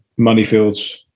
Moneyfields